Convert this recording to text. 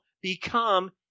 become